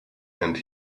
and